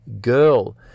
girl